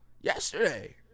yesterday